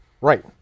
Right